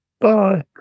Bye